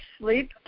sleep